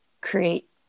create